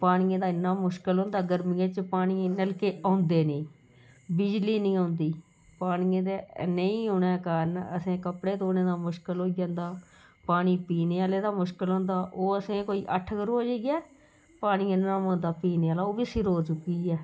पानियै दा इ'न्ना मुश्कल होंदा गर्मियें च पानी नलके औंदे नेईं बिजली नी औंदी पानियै दा नेईं औने दे कारण असें कपड़े धोने दा मुश्कल होई जंदा पानी पीने आह्ले दा मुश्कल होई जंदा ओह् असें गी कोई अट्ठ क्रोह जाइयै पानी आह्नना पौंदा पीने आह्ला ओह् बी सिरै'र चुक्कियै